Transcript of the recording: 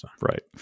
Right